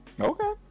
Okay